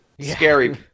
scary